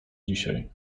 dzisiaj